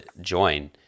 join